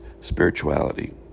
spirituality